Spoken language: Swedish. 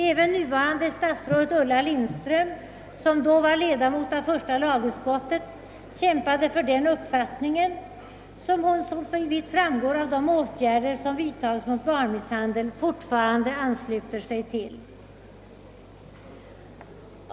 Även nuvarande statsrådet Ulla Lindström, som då var ledamot av första lagutskottet, kämpade för den uppfattningen som hon, vilket framgår av de åtgärder som vidtagits mot barnmisshandel, fortfarande ansluter sig till.